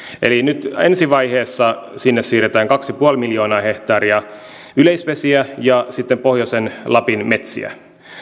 eli nyt ensi vaiheessa sinne siirretään kaksi pilkku viisi miljoonaa hehtaaria yleisvesiä ja sitten pohjoisen lapin metsiä